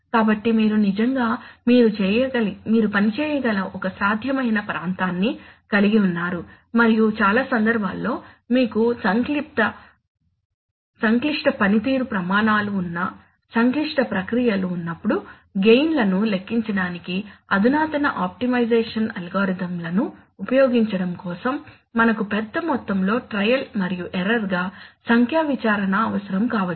కాబట్టి మీరు నిజంగా మీరు పనిచేయగల ఒక సాధ్యమైన ప్రాంతాన్ని కలిగి ఉన్నారు మరియు చాలా సందర్భాల్లో మీకు సంక్లిష్ట పనితీరు ప్రమాణాలు ఉన్న సంక్లిష్ట ప్రక్రియలు ఉన్నప్పుడు గెయిన్ లను లెక్కించడానికి అధునాతన ఆప్టిమైజేషన్ అల్గారిథమ్లను ఉపయోగించడం కోసం మనకు పెద్ద మొత్తంలో ట్రయల్ మరియు ఎర్రర్ గా సంఖ్యా విచారణ అవసరం కావచ్చు